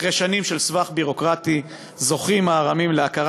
אחרי שנים של סבך ביורוקרטי זוכים הארמים להכרה